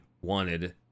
wanted